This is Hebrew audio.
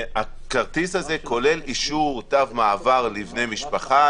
הכרטיס הזה כולל אישור תו מעבר לבני משפחה,